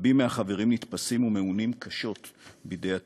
רבים מהחברים נתפסים ומעונים קשות בידי הטורקים.